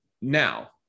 Now